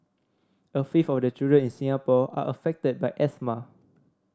a fifth of the children in Singapore are affected by asthma